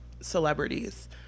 celebrities